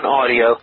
audio